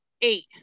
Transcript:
eight